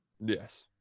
Yes